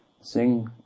Sing